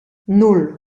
nan